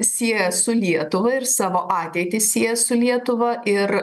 sieja su lietuva ir savo ateitį sieja su lietuva ir